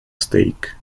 stake